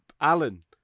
Alan